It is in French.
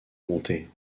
bonté